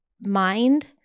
mind